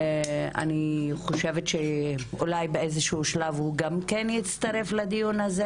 אני חושבת שאולי באיזה שהוא שלב הוא גם כן יצטרף לדיון הזה